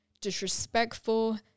disrespectful